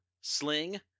Sling